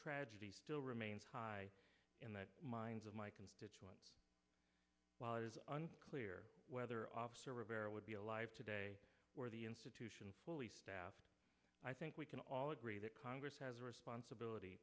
tragedy still remains high in the minds of my constituents unclear whether officer rivera would be alive today where the institution fully staffed i think we can all agree that congress has a responsibility